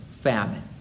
famine